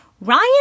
Ryan